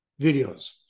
videos